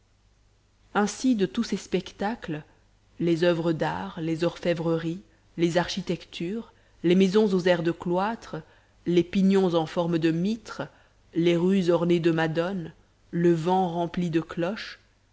ainsi de tous ces spectacles les oeuvres d'art les orfèvreries les architectures les maisons aux airs de cloîtres les pignons en forme de mitres les rues ornées de madones le vent rempli de cloches